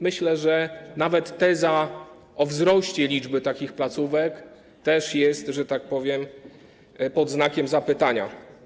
Myślę, że nawet teza o wzroście liczby takich placówek stoi też, że tak powiem, pod znakiem zapytania.